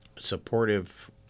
supportive